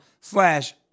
slash